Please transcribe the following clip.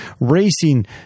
racing